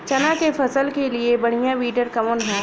चना के फसल के लिए बढ़ियां विडर कवन ह?